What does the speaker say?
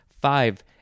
five